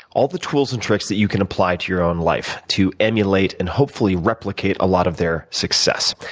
all the tools and tricks that you can apply to your own life to emulate and hopefully replicate a lot of their success.